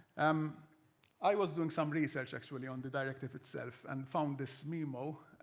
um i was doing some research, actually on the directive itself. and found this memo.